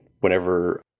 whenever